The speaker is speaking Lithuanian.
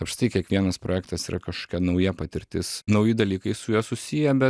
apskritai kiekvienas projektas yra kažkokia nauja patirtis nauji dalykai su juo susiję bet